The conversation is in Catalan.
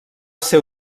ser